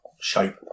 shape